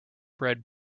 bred